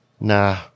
nah